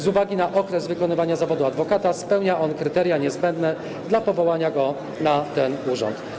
Z uwagi na okres wykonywania zawodu adwokata stwierdzam, że spełnia on kryteria niezbędne dla powołania go na ten urząd.